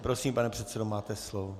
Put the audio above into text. Prosím, pane předsedo, máte slovo.